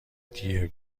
دیه